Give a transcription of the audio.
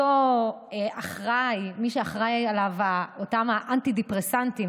האחראי, מי שאחראי הם אותם אנטי-דיפרסנטיים.